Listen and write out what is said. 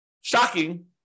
shocking